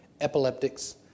epileptics